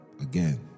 again